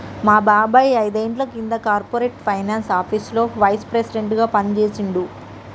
మా బాబాయ్ ఐదేండ్ల కింద కార్పొరేట్ ఫైనాన్స్ ఆపీసులో వైస్ ప్రెసిడెంట్గా పనిజేశిండు